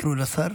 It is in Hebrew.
תקראו לשר.